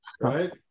right